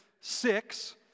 Six